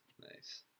nice